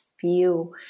feel